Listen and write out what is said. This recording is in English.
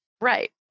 Right